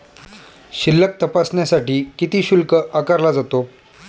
शिल्लक तपासण्यासाठी किती शुल्क आकारला जातो?